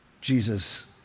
Jesus